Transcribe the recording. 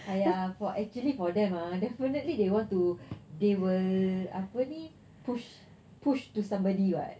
!aiya! for actually for them ah definitely they want to they will apa ni push push to somebody [what]